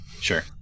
Sure